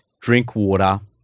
Drinkwater